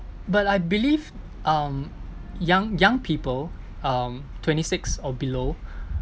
but I believe um young young people um twenty six or below